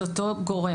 זה אותו גורם.